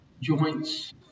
joints